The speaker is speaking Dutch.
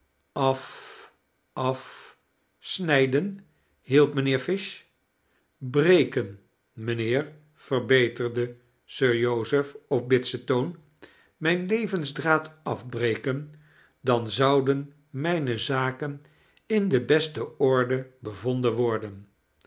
af snijden hielp mijnheer fish breken mijnheer verbeterde sir joseph op bitsen toon mijn levensdraad afbreken dan zouden mijne zaken in de beste orde bevonden worden